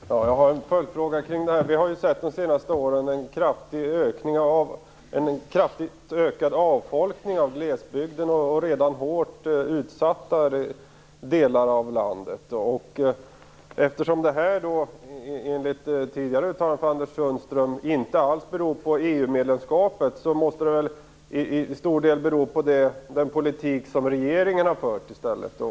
Fru talman! Jag har en följdfråga kring detta. Under de senaste åren har vi sett en kraftigt ökad avfolkning av glesbygden och redan hårt utsatta delar av landet. Eftersom detta enligt tidigare uttalanden av Anders Sundström, inte alls beror på EU medlemskapet måste det väl till stor del bero på den politik som regeringen har fört.